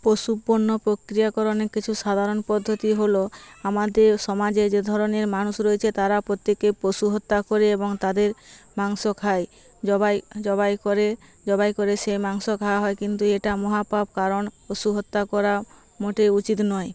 পশুপণ্য প্রক্রিয়াকরণের কিছু সাধারণ পদ্ধতি হল আমাদের সমাজে যে ধরনের মানুষ রয়েছে তারা প্রত্যেকে পশু হত্যা করে এবং তাদের মাংস খায় জবাই জবাই করে জবাই করে সে মাংস খাওয়া হয় কিন্তু এটা মহাপাপ কারণ পশু হত্যা করা মোটেও উচিত নয়